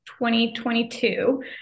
2022